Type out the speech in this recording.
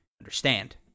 understand